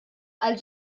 għall